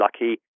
lucky